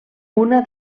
una